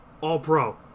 All-Pro